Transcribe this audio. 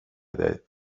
det